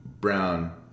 Brown